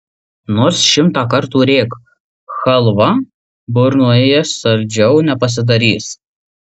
nors šimtą kartų rėk chalva burnoje saldžiau nepasidarys